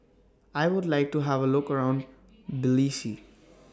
I Would like to Have A Look around Tbilisi